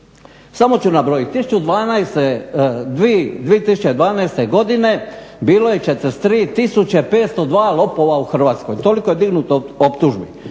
Samo ću nabrojiti, 2012. godine bilo je 43 502 lopova u Hrvatskoj. Toliko je dignuto optužbi.